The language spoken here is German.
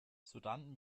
sodann